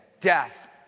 Death